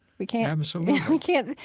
we can't absolutely yeah we can't.